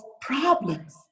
problems